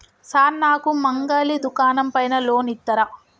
Sir నాకు మంగలి దుకాణం పైన లోన్ ఇత్తరా?